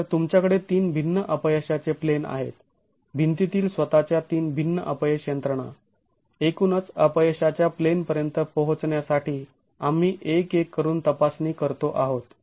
तर तुमच्याकडे तीन भिन्न अपयशाचे प्लेन आहेत भिंतीतील स्वतःच्या तीन भिन्न अपयश यंत्रणा एकूणच अपयशाच्या प्लेनपर्यंत पोहचण्यासाठी आम्ही एक एक करून तपासणी करतो आहोत